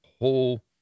whole